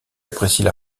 apprécient